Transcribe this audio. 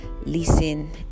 listen